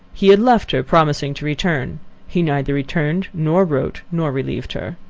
he had left her, promising to return he neither returned, nor wrote, nor relieved her.